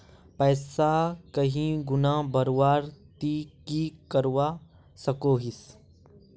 पैसा कहीं गुणा बढ़वार ती की करवा सकोहिस?